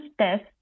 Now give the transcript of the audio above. test